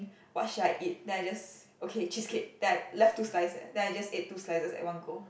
what should I eat then I just okay cheesecake then I left two slice eh then I just ate two slices at one go